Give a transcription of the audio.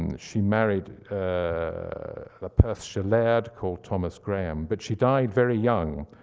and she married a perthshire laird called thomas graham. but she died very young,